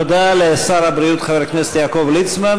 תודה לשר הבריאות חבר הכנסת יעקב ליצמן,